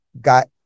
got